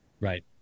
Right